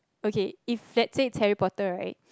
okay if let's say it's Harry-Potter right